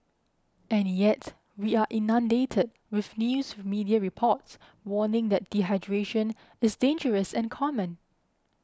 and yet we are inundated with news media reports warning that dehydration is dangerous and common